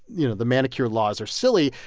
you know, the manicure laws are silly.